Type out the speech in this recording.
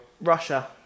Russia